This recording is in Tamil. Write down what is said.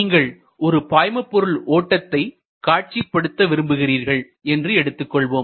நீங்கள் ஒரு பாய்மபொருள் ஓட்டத்தை காட்சிப்படுத்த விரும்புகிறீர்கள் என்று எடுத்துக் கொள்வோம்